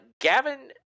Gavin –